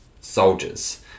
soldiers